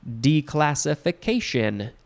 Declassification